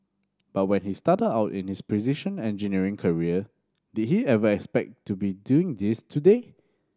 but when he started out in his precision engineering career did he ever expect to be doing this today